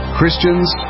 Christians